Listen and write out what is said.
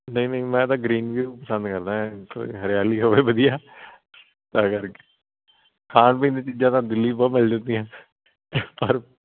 ਨਈਂ ਨਈਂ ਮੈਂ ਤਾਂ ਗ੍ਰੀਨ ਵਿਊ ਪਸੰਦ ਕਰਦਾ ਹਰਿਆਲੀ ਹੋਵੇ ਵਧੀਆ ਤਾਂ ਕਰਕੇ ਖਾਣ ਪੀਣ ਦੀਆਂ ਚੀਜਾਂ ਤਾਂ ਦਿੱਲੀ ਬਹੁਤ ਮਿਲ ਜਾਂਦੀਆਂ